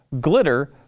Glitter